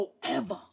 forever